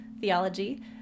theology